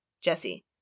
Jesse